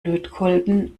lötkolben